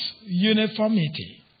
uniformity